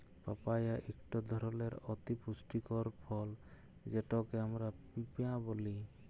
papaya ইকট ধরলের অতি পুষ্টিকর ফল যেটকে আমরা পিঁপা ব্যলি